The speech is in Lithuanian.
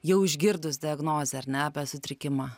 jau išgirdus diagnozę ar ne apie sutrikimą